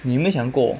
你有没有想过